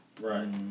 Right